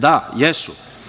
Da, jesu.